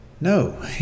No